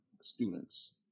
students